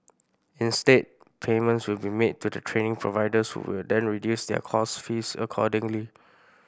instead payments will be made to the training providers who will then reduce their course fees accordingly